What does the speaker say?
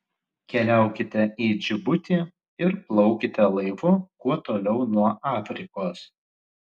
keliaukite į džibutį ir plaukite laivu kuo toliau nuo afrikos